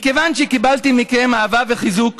מכיוון שקיבלתי מכם אהבה וחיזוק